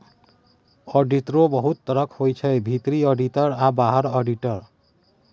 आडिटरो बहुत तरहक होइ छै भीतरी आडिटर आ बाहरी आडिटर